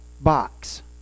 box